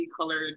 colored